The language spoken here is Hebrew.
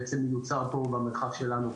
בעצם יוצר פה במרחב שלנו.